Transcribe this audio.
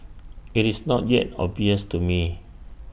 IT is not yet obvious to me